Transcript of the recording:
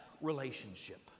relationship